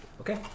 Okay